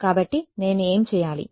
కాబట్టి నేను ఏమి చేయాలి